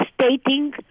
stating